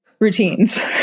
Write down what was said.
routines